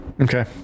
Okay